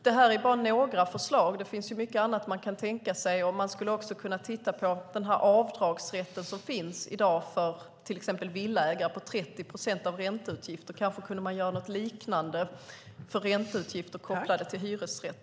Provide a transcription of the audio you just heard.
Det här är bara några förslag, men det finns mycket annat man kan tänka sig. Man skulle kunna titta på den avdragsrätt som i dag finns för till exempel villaägare som kan dra av 30 procent av ränteutgifterna. Kanske kunde man göra något liknande med ränteutgifter kopplade till hyresrätt.